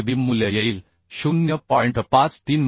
53 kb मूल्य येईल 0